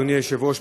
אדוני היושב-ראש,